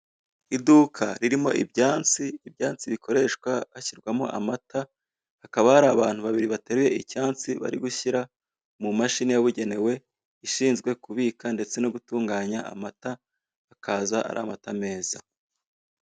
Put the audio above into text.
Iduka ririmo ibyansi, ibyansi bikoreshwa hashyirwamo amata, hakaba hari abantu babiri bateruye icyansi, bari gushyira mu mashini yabugenewe, inshinzwe kubika ndetse no gutunganya amata, akaza ari amata meza.